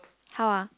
how ah